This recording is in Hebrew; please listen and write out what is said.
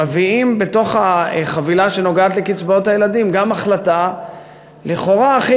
מביאים בתוך החבילה שנוגעת בקצבאות הילדים גם החלטה לכאורה הכי